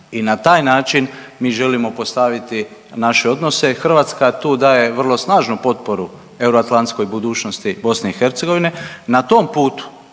i na taj način mi želimo postaviti naše odnose. Hrvatska tu daje vrlo snažnu potporu euroatlantskoj budućnosti BiH. Na tom putu,